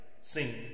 seen